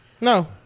No